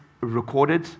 recorded